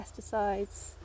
pesticides